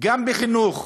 גם בחינוך,